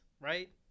right